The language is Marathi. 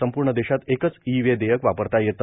संपूर्ण देशात एकच ई वे देयक वापरता येते